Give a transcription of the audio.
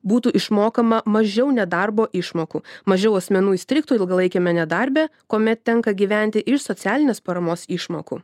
būtų išmokama mažiau nedarbo išmokų mažiau asmenų įstrigtų ilgalaikiame nedarbe kuomet tenka gyventi iš socialinės paramos išmokų